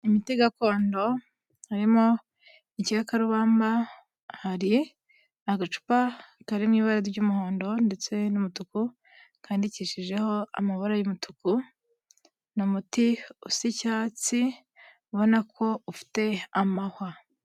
Imiti gakondo, harimo igikakarubamba, hari agacupa kari mu ibara ry'umuhondo ndetse n'umutuku, kandikishijeho amabara y'umutuku; ni umuti usa icyatsi, ubona ko ufite amahwa.